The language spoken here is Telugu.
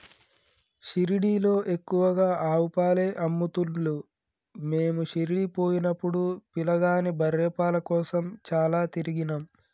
షిరిడీలో ఎక్కువగా ఆవు పాలే అమ్ముతున్లు మీము షిరిడీ పోయినపుడు పిలగాని బర్రె పాల కోసం చాల తిరిగినం